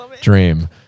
dream